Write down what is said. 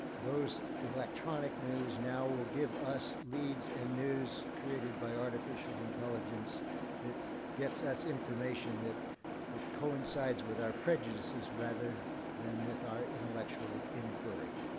those electronic news now will give us leads and news created by artificial intelligence that gets us information that that coincides with our prejudices rather than with our intellectual inquiry,